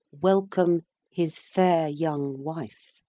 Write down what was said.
welcome his fair young wife.